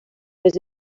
més